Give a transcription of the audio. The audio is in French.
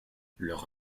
leur